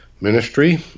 ministry